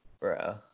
bro